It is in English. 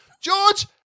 george